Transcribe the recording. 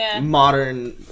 modern